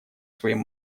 своим